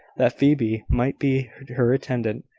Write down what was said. that phoebe might be her attendant.